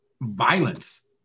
violence